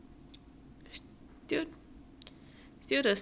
still the same still prettier than both of us